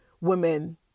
women